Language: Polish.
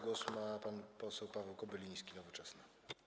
Głos ma pan poseł Paweł Kobyliński, Nowoczesna.